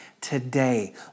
Today